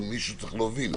פה מישהו צריך להוביל.